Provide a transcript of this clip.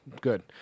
good